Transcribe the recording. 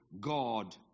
God